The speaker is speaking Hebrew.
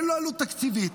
אין לו עלות תקציבית,